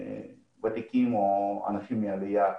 ותיקים או אנשים מהעלייה